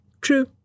true